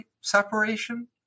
separation